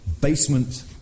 basement